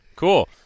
Cool